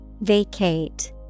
Vacate